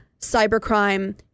cybercrime